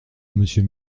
monsieur